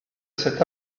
cet